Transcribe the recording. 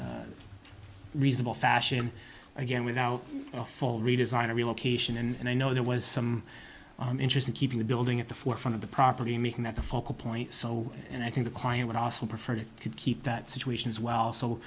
any reasonable fashion again without a full redesign or relocation and i know there was some interest in keeping the building at the forefront of the property making that the focal point so and i think the client would also prefer to keep that situation as well so